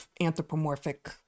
anthropomorphic